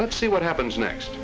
let's see what happens next